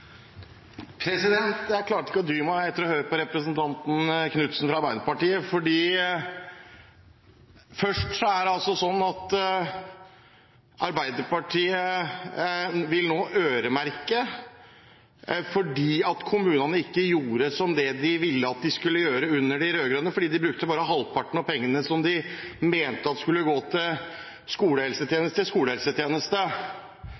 om. Jeg klarte ikke å dy meg etter å ha hørt på representanten Knutsen fra Arbeiderpartiet. Først er det altså sånn at Arbeiderpartiet nå vil øremerke fordi kommunene ikke gjorde slik de ville at de skulle gjøre under de rød-grønne, fordi de brukte bare halvparten av pengene som de rød-grønne mente skulle gå til